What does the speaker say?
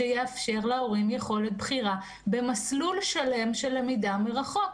שיאפשר להורים יכולת בחירה במסלול שלם של למידה מרחוק.